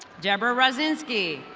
debra razinski.